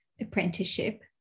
apprenticeship